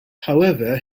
however